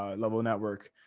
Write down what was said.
ah level network.